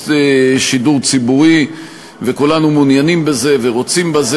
שידור ציבורי ושכולנו מעוניינים בזה ורוצים בזה.